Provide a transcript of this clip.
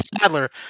Sadler